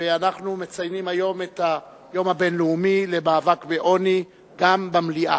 אנחנו מציינים היום את היום הבין-לאומי למאבק בעוני גם במליאה.